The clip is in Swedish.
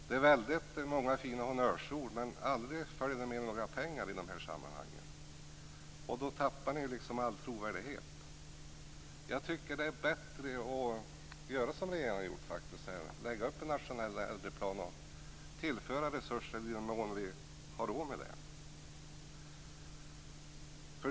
Det är många fina honnörsord, men det följer aldrig med några pengar i dessa sammanhang. Då tappar ni all trovärdighet. Jag tycker att det är bättre att göra som regeringen har gjort, att lägga fram en nationell äldreplan och tillföra resurser i den mån som vi har råd med det.